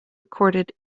recorded